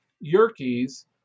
Yerkes